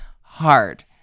hard